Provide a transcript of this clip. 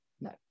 No